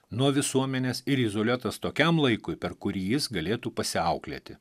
nuo visuomenės ir izoliuotas tokiam laikui per kurį jis galėtų pasiauklėti